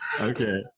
Okay